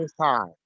time